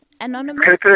Anonymous